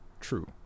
true